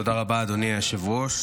תודה רבה, אדוני היושב-ראש.